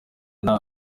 mwana